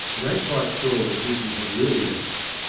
to make quite sure that dicky had really left.